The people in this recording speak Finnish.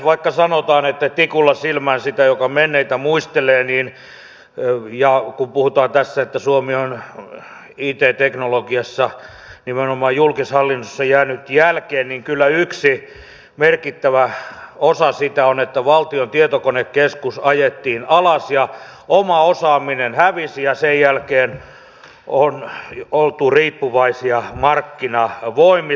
vaikka sanotaan että tikulla silmään sitä joka menneitä muistelee ja kun puhutaan tässä että suomi on it teknologiassa nimenomaan julkishallinnossa jäänyt jälkeen niin kyllä yksi merkittävä osa sitä on että valtion tietokonekeskus ajettiin alas ja oma osaaminen hävisi ja sen jälkeen on oltu riippuvaisia markkinavoimista